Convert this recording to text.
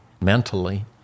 mentally